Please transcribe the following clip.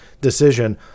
decision